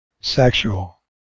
Sexual